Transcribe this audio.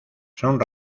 son